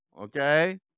okay